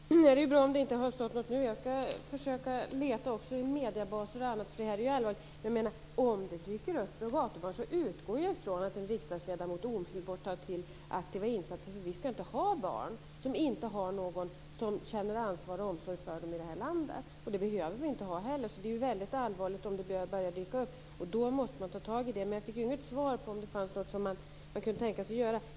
Fru talman! Det är ju bra om det inte har stått något om det nu. Jag ska försöka leta i mediedatabaser och annat, för det här är ju allvarligt. Om det dyker upp något fall av gatubarn utgår jag från att en riksdagsledamot omedelbart tar till aktiva insatser, för vi ska inte ha barn som inte har någon som känner omsorg och ansvar för dem i det här landet. Det behöver vi inte ha heller. Det är ju väldigt allvarligt om problemet börjar dyka upp. I så fall måste man ta tag i problemet. Men jag fick inget svar på frågan om det finns något som man kan tänkas göra.